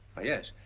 why yes.